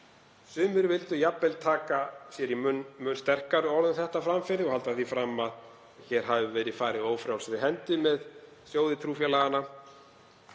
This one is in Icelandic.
Sumir vildu jafnvel taka sér í munn mun sterkari orð um þetta framferði og halda því fram að hér hafi verið farið ófrjálsri hendi með sjóði trúfélaganna.